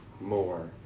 more